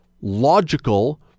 logical